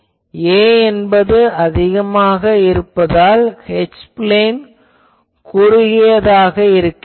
'a' என்பது அதிகமாக இருப்பதால் H பிளேன் குறுகியதாக உள்ளது